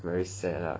very sad lah